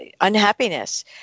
unhappiness